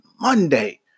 Monday